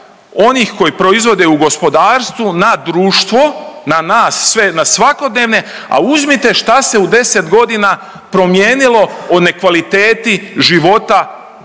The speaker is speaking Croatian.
onih koji proizvode u gospodarstvu na društvo, na nas sve na svakodnevne, a uzmite šta se u 10 godina promijenilo u ne kvaliteti života ne